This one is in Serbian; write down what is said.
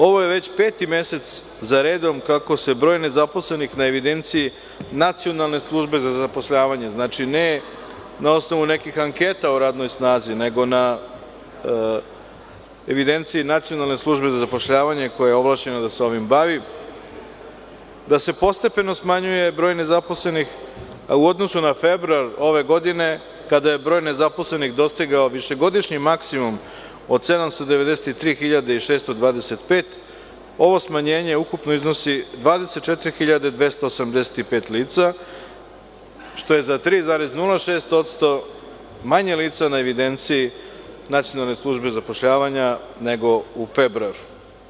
Ovo je već peti mesec za redom kako se broj nezaposlenih na evidenciji Nacionalne službe za zapošljavanje, znači, ne na osnovu nekih anketa o radnoj snazi, nego na evidenciji Nacionalne službe za zapošljavanje, koja je ovlašćena da se ovim bavi, da se postepeno smanjuje broj nezaposlenih, a u odnosu na februar ove godine, kada je broj nezaposlenih dostigao višegodišnji maksimum od 793.625, ovo smanjenje ukupno iznosi 24.285 lica, što je za 3,06% manje lica na evidenciji Nacionalne službe za zapošljavanje nego u februaru.